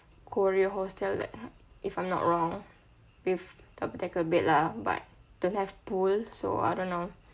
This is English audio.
korea hotel if I'm not wrong with double decker bed lah but don't have pool so I don't know